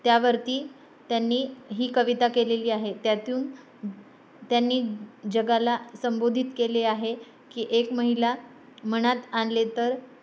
त्यावरती त्यांनी ही कविता केलेली आहे त्यातून त्यांनी जगाला संबोधित केले आहे की एक महिला मनात आणले तर